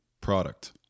product